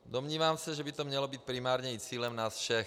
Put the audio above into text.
Domnívám se, že by to mělo být primárním cílem nás všech.